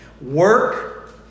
Work